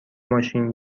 ماشین